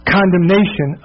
condemnation